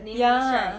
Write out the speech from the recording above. ya